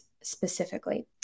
specifically